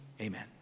Amen